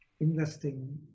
investing